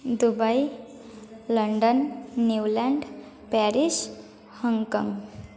Dubai London Newland Paris Hong Kong